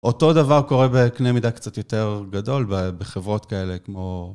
אותו דבר קורה בקנה מידה קצת יותר גדול בחברות כאלה, כמו...